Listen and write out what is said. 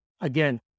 again